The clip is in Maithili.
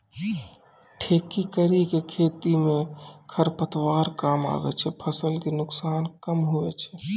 ठेकी करी के खेती से खरपतवार कमआबे छै फसल के नुकसान कम हुवै छै